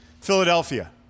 Philadelphia